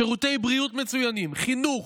שירותי בריאות מצוינים, חינוך,